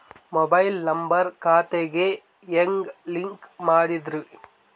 Mobile number ಖಾತೆ ಗೆ ಹೆಂಗ್ ಲಿಂಕ್ ಮಾಡದ್ರಿ?